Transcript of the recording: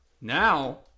Now